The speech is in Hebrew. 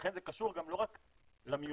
לכן זה קשור לא רק למיומנות,